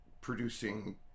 producing